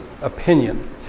opinion